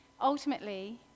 Ultimately